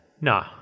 Nah